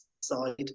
side